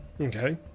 Okay